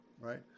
right